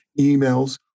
emails